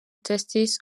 testes